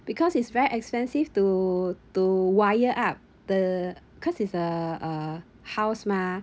because it's very expensive to to wire up the because it's uh a house mah